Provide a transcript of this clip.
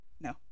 No